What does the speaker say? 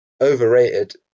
overrated